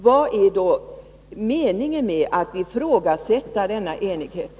Vad är då meningen med att ifrågasätta denna enighet?